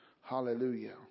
Hallelujah